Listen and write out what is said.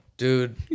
Dude